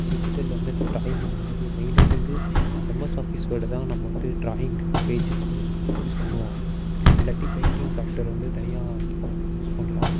டிஜிட்டலில் வந்து நம்ம ட்ராயிங் பண்ணும்போது மெயினாக வந்து எம்எஸ் ஆஃபிஸ் வேர்டு தான் நம்ம வந்து ட்ராயிங்குக்கு பேஜுக்கு வந்து யூஸ் பண்ணுவோம் இல்லாட்டி பெயிண்டிங் சாஃப்ட்வேர் வந்து தனியாக யூஸ் பண்ணலாம்